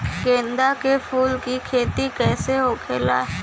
गेंदा के फूल की खेती कैसे होखेला?